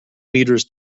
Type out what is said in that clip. meters